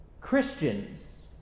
Christians